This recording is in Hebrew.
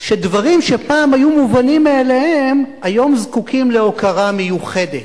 שדברים שפעם היו מובנים מאליהם היום זקוקים להוקרה מיוחדת,